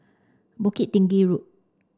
Bukit Tinggi Road